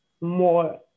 more